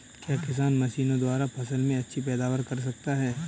क्या किसान मशीनों द्वारा फसल में अच्छी पैदावार कर सकता है?